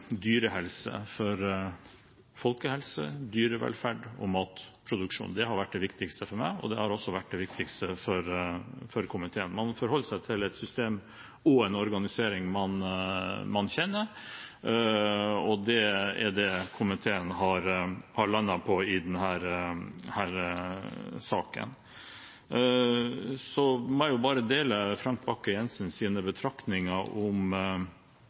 dyrehelse, for folkehelse, dyrevelferd og matproduksjon. Det har vært det viktigste for meg, og det har også vært det viktigste for komiteen. Man forholder seg til et system og en organisering man kjenner, og det er det komiteen har landet på i denne saken. Så må jeg bare dele Frank Bakke-Jensens betraktninger om